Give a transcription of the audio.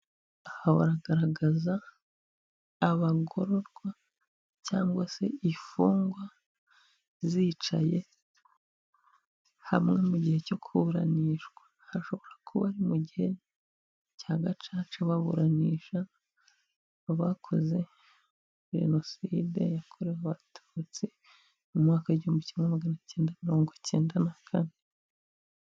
Aha baragaragaza abagororwa cyangwa se imfungwa zicaye hamwe mu gihe cyo kuburanishwa, hashobora kuba ari mu gihe cya gacaca baburanisha abakoze jenoside yakorewe abatutsi mu mwaka w'igihumbi kimwe magana cyenda mirongo icyenda na kane.